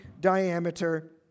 diameter